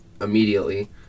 immediately